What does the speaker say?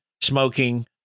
smoking